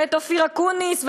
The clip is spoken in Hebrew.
ואת אופיר אקוניס,